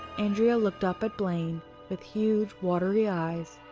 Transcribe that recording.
andrea looked up at blaine with huge, watery eyes.